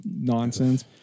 nonsense